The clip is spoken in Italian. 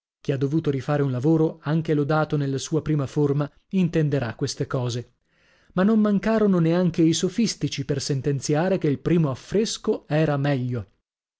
chi ha dovuto rifare un lavoro anche lodato nella sua prima forma intenderà queste cose ma non mancarono neanche i sofistici per sentenziare che il primo affresco era meglio